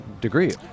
degree